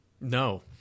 No